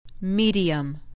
Medium